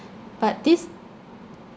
but this